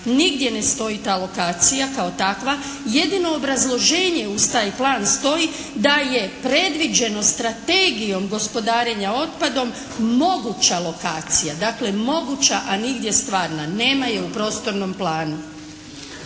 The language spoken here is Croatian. nigdje ne stoji ta lokacija kao takva. Jedino obrazloženje uz taj plan stoji da je predviđeno strategijom gospodarenja otpadom moguća lokacija. Dakle moguća a nigdje stvarna. Nema je u prostornom planu.